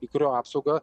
į kurio apsaugą